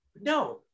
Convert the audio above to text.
No